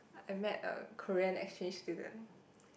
I met a Korean exchange student